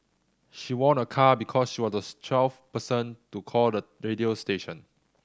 she won a car because she was the twelfth person to call the radio station